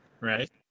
right